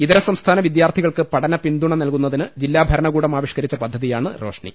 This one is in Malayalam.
ഇതര സംസ്ഥാന വിദ്യാർത്ഥികൾക്ക് പഠന പിന്തുണ നൽകുന്നതിന് ജില്ലാഭരണകൂടം ആവിഷ്ക്കരിച്ച പദ്ധതിയാണ് റോഷ്നി